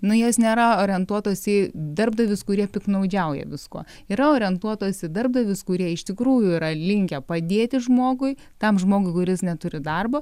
nu jos nėra orientuotos į darbdavius kurie piktnaudžiauja viskuo yra orientuotos į darbdavius kurie iš tikrųjų yra linkę padėti žmogui tam žmogui kuris neturi darbo